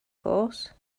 course